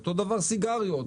אותו דבר לגבי סיגריות,